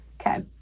okay